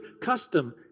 custom